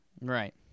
Right